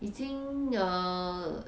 已经 err